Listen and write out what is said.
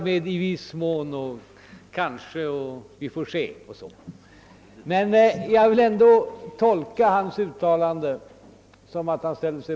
Jo, visst får ni det.